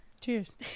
cheers